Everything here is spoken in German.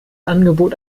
angebot